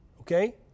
Okay